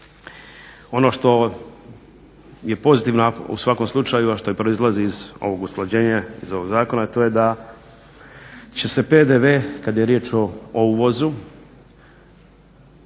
Ono što je pozitivno u svakom slučaju, a što i proizlazi iz ovog usklađenja, iz ovog zakona a to je da će se PDV kad je riječ o uvozu